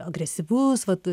agresyvus vat